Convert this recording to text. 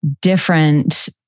different